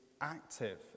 active